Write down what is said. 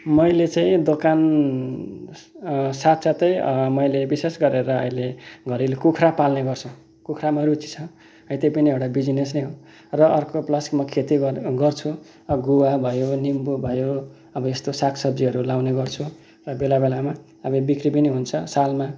मैले चाहिँ दोकान साथसाथै मैले विशेष गरेर अहिले घरेलु कुखुरा पाल्ने गर्छु कुखुरामा रुचि छ है त्यो पनि एउटा बिजनेस नै हो र अर्को प्लस म खेती गर गर्छु अब गुवा भयो निम्बु भयो अब यस्तो सागसब्जीहरू लगाउने गर्छु र बेला बेलामा अब बिक्री पनि हुन्छ सालमा